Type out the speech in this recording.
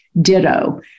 ditto